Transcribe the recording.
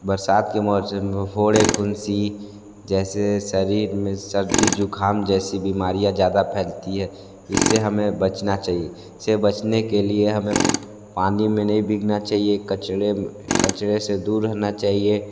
बरसात के मौसम में फ़ोड़े फ़ुंसी जैसे शरीर में सर्दी ज़ुकाम जैसी बीमारियाँ ज़्यादा फ़ैलती हैं इससे हमें बचना चाहिए इससे बचने के लिए हमें पानी में नहीं भीगना चाहिए कचरे कचरे से दूर रहना चाहिए